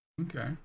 okay